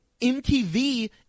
MTV